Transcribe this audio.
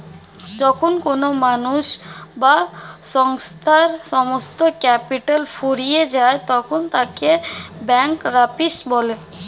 যখন কোনো মানুষ বা সংস্থার সমস্ত ক্যাপিটাল ফুরিয়ে যায় তখন তাকে ব্যাঙ্করাপ্সি বলে